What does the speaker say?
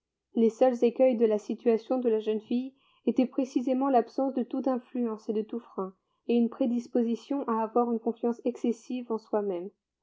les seuls écueils de la situation de la jeune fille étaient précisément l'absence de toute influence et de tout frein et une prédisposition à avoir une confiance excessive en soi-même